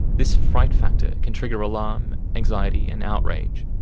this fright factor can trigger alarm, anxiety and outrage,